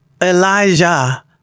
Elijah